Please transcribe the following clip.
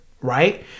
right